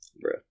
bro